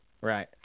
Right